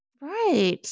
Right